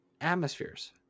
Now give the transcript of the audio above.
atmospheres